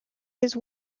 his